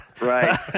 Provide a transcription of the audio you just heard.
Right